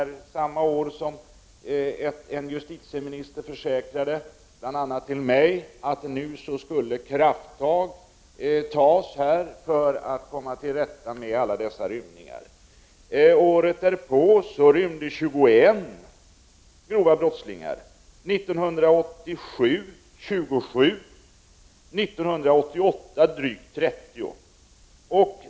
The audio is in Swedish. Det var samma år som en justitieminister försäkrade, bl.a. för mig, att krafttag nu skulle tas för att komma till rätta med alla dessa rymningar. Året därpå rymde 21 brottslingar dömda för grova brott. År 1987 rymde 27 stycken och år 1988 rymde drygt 30 brottslingar.